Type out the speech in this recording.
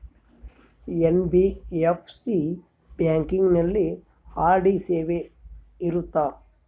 NBFC ಬ್ಯಾಂಕಿನಲ್ಲಿ RD ಸೇವೆ ಇರುತ್ತಾ?